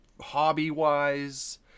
hobby-wise